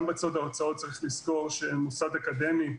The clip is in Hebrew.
גם בצד ההוצאות צריך לזכור שמוסד אקדמי,